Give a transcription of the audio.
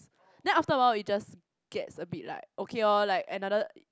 then after awhile it just gets a bit like okay loh another like